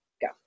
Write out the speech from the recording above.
go